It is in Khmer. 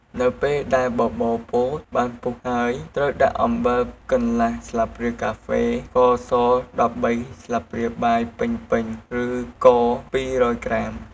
នៅពេលដែលបបរពោតបានពុះហើយ ត្រួវដាក់អំបិលកន្លះស្លាបព្រាកាហ្វេ ស្ករស១៣ស្លាបព្រាបាយពេញៗ ឬក៏២០០ក្រាម។